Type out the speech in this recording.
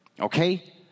Okay